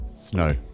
snow